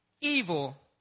evil